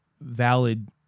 valid